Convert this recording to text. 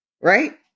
right